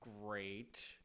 great